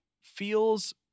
feels